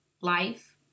life